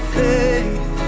faith